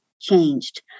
changed